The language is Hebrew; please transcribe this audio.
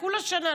אחרי כולה שנה,